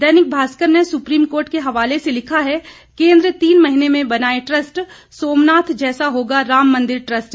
दैनिक भास्कर ने supreme court के हवाले से लिखा है केन्द्र तीन महीने में बनाए ट्रस्ट सोमनाथ जैसा होगा राम मंदिर ट्रस्ट